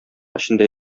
эчендә